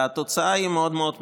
והתוצאה היא מאוד מאוד מעניינת: